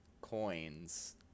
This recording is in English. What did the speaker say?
coins